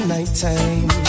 Nighttime